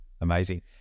Amazing